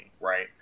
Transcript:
Right